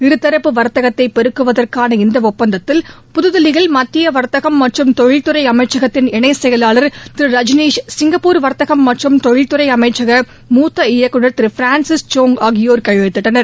இருதாப்பு வர்த்தகத்தை பெருக்குவதற்கான இந்த ஒப்பந்தத்தில் புதுதில்லியில் மத்திய வர்த்தகம் மற்றும் தொழில்துறை அமைக்கத்தின் இணை செயவாளர் திரு ரஜ்னீஸ் சிங்கப்பூர் வர்த்தகம் மற்றும் தொழில் துறை அமைக்க மூத்த இயக்குநர் திரு பிரான்சிஸ் சோங் ஆகியோர் கையெழுத்திட்டனர்